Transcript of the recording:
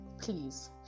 Please